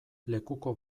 lekuko